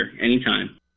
Anytime